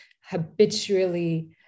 habitually